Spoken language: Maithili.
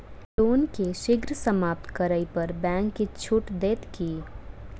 लोन केँ शीघ्र समाप्त करै पर बैंक किछ छुट देत की